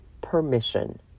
permission